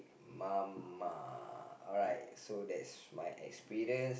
mama alright so that's my experience